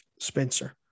Spencer